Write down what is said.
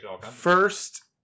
first